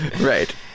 right